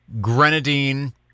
Grenadine